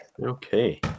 okay